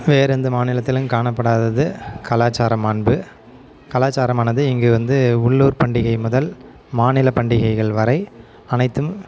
வேறே எந்த மாநிலத்திலும் காணப்படாதது கலாச்சாரம் மாண்பு கலாச்சாரமானது இங்கு வந்து உள்ளூர் பண்டிகை முதல் மாநிலப்பண்டிகைகள் வரை அனைத்தும்